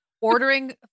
ordering